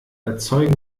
erzeugen